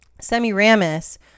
Semiramis